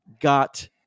got